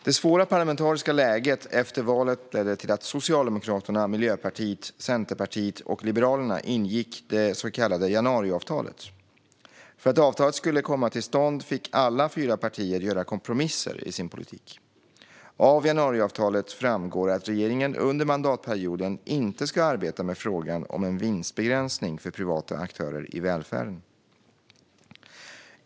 Det svåra parlamentariska läget efter valet ledde till att Socialdemokraterna, Miljöpartiet, Centerpartiet och Liberalerna ingick det så kallade januariavtalet. För att avtalet skulle komma till stånd fick alla fyra partier göra kompromisser i sin politik. Av januariavtalet framgår att regeringen under mandatperioden inte ska arbeta med frågan om en vinstbegränsning för privata aktörer i välfärden.